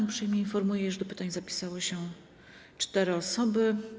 Uprzejmie informuję, że do pytań zapisały się cztery osoby.